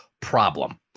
problem